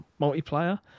multiplayer